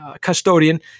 custodian